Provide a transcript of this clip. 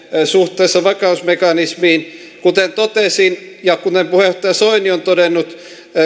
suhteessa vakausmekanismiin kuten totesin ja kuten puheenjohtaja soini on todennut